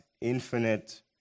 infinite